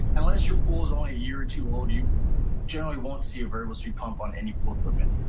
unless your pool is only a year or two old, you generally won't see a variable speed pump on any pool equipment.